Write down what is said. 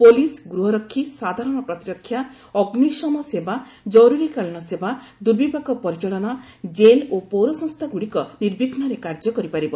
police ଗୂହରକ୍ଷୀ ସାଧାରଣ ପ୍ରତିରକ୍ଷା ଅଗ୍ନିଶମ ସେବା ଜରୁରୀକାଳୀନ ସେବା ଦୁର୍ବିପାକ ପରିଚାଳନା ଜେଲ୍ ଓ ପୌର ସଂସ୍ଥାଗୁଡ଼ିକ ନିର୍ବିଘ୍ନରେ କାର୍ଯ୍ୟ କରିପାରିବ